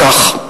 כך: